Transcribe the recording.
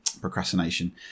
procrastination